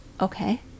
okay